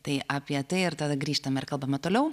tai apie tai ar tada grįžtame ar kalbame toliau